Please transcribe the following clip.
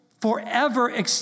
forever